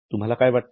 तुम्हाला काय वाटते